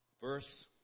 Verse